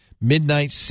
midnight